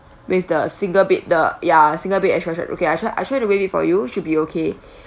with the single bed the ya single bed et cetera okay I try I try to waive it for you should be okay